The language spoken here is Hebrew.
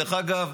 דרך אגב,